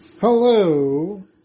Hello